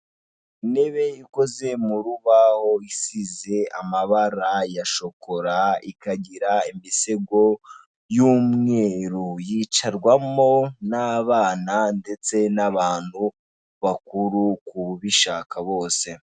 Intebe ikoze mu rubaho isize amabara ya shokora ikagira imisego y'umweru yicarwamo n'abana ndetse n'abantu bakuru kubishaka bose.